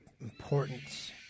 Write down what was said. importance